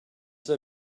they